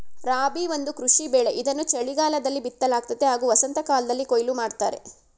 ರಾಬಿ ಒಂದು ಕೃಷಿ ಬೆಳೆ ಇದನ್ನು ಚಳಿಗಾಲದಲ್ಲಿ ಬಿತ್ತಲಾಗ್ತದೆ ಹಾಗೂ ವಸಂತಕಾಲ್ದಲ್ಲಿ ಕೊಯ್ಲು ಮಾಡ್ತರೆ